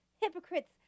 hypocrites